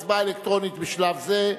נגד, בהצבעה אלקטרונית בשלב זה,